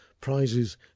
Prizes